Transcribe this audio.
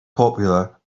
popular